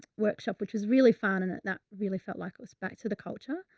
workshop, which was really fun and it, that really felt like it was back to the culture.